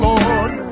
Lord